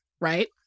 right